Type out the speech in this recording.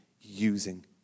using